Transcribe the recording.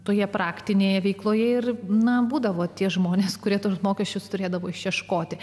toje praktinėje veikloje ir na būdavo tie žmonės kurie tuos mokesčius turėdavo išieškoti